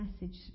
message